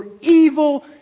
evil